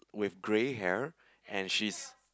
with grey hair and she's